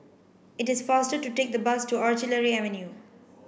it is faster to take the bus to Artillery Avenue